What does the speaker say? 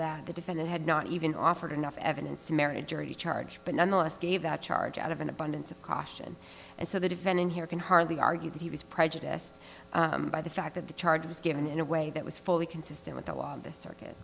that the defendant had not even offered enough evidence to marriage or a charge but nonetheless gave that charge out of an abundance of caution and so that event in here can hardly argue that he was prejudiced by the fact that the charge was given in a way that was fully consistent with the law of this circuit